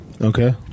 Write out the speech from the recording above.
Okay